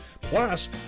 Plus